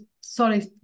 sorry